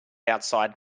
outside